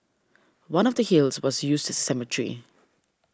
one of the hills was used as a cemetery